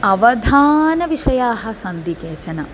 अवधानविषयाः सन्ति केचन